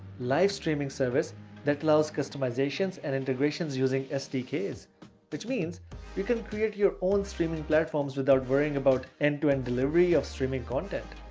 live streaming service that allows customizations and integrations using sdks, which means you can create your own streaming platforms without worrying about end to end delivery of streaming content.